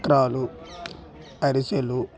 చక్రాలు అరిసెలు